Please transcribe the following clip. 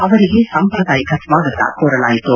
ಅವರಿಗೆ ಸಾಂಪ್ರದಾಯಿಕ ಸ್ವಾಗತ ಕೋರಲಾಯಿತು